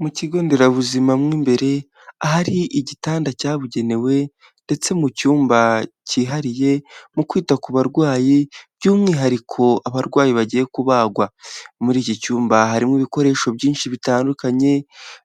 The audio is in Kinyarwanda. Mu kigo nderabuzima mo imbere, ahari igitanda cyabugenewe, ndetse mu cyumba cyihariye, mu kwita ku barwayi by'umwihariko abarwayi bagiye kubagwa, muri iki cyumba harimo ibikoresho byinshi bitandukanye